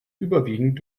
überwiegend